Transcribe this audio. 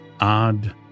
odd